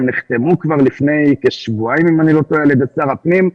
אם אני לא טועה הן נחתמו כבר לפני כשבועיים על ידי שר הפנים.